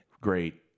Great